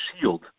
shield